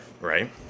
right